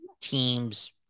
teams